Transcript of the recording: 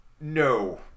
No